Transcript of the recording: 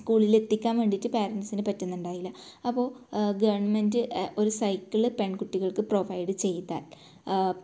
സ്കൂളിലെത്തിക്കാൻ വേണ്ടീട്ട് പാരൻസിന് പറ്റുന്നുണ്ടായില്ല അപ്പോൾ ഗവൺമെൻറ് ഒരു സൈക്കിള് പെൺകുട്ടികൾക്ക് പ്രൊവൈഡ് ചെയ്താൽ